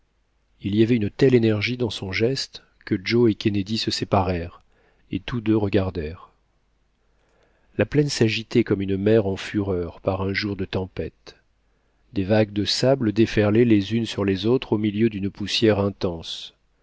il y avait une telle énergie dans son geste que joe et kennedy se séparèrent et tous deux regardèrent la plaine s'agitait comme une mer en fureur par un jour de tempête des vagues de sable déferlaient les unes sur les autres au milieu d'une poussière intense